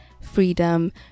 freedom